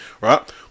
right